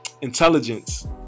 Intelligence